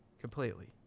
Completely